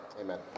Amen